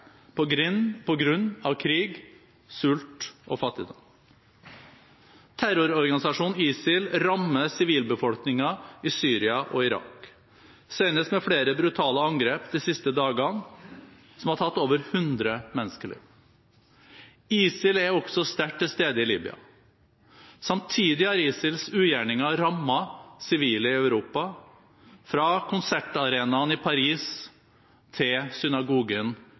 på grunn av krig, sult og fattigdom. Terrororganisasjonen ISIL rammer sivilbefolkningen i Syria og Irak, senest med flere brutale angrep de siste dagene som har tatt over 100 menneskeliv. ISIL er også sterkt til stede i Libya. Samtidig har ISILs ugjerninger rammet sivile i Europa – fra konsertarenaen i Paris til synagogen